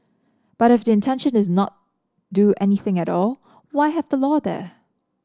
but if the intention is not do anything at all why have the law there